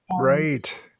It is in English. Right